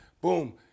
Boom